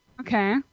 Okay